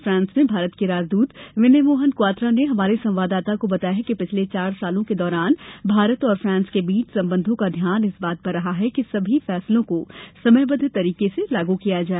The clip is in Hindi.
फ्रांस में भारत के राजदृत विनय मोहन क्वात्रा ने हमारे संवाददाता को बताया कि पिछले चार वर्षो के दौरान भारत और फ्रांस के बीच संबंधो का ध्यान इस बात पर रहा कि सभी फैसलों को समयबद्व तरीके से लागू किया जाए